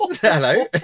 Hello